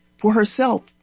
for herself,